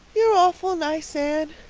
you're awful nice, anne.